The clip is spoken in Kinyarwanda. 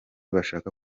bashaka